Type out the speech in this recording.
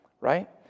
Right